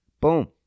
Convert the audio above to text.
Boom